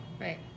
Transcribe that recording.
Right